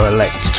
Elect